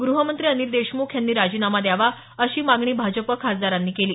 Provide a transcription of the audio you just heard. गृहमंत्री अनिल देशमुख यांनी राजीनामा द्यावा अशी मागणी भाजप खासदारांनी केली